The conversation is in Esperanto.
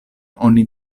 oni